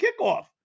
kickoff